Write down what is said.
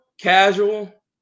casual